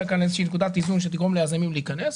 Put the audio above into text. כאן לאיזושהי נקודת איזון שתגרום ליזמים להיכנס,